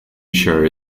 show